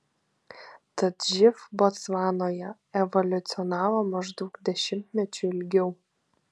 tad živ botsvanoje evoliucionavo maždaug dešimtmečiu ilgiau